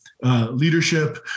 Leadership